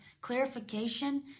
Clarification